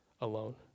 alone